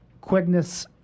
quickness